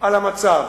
על המצב,